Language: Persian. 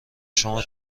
شما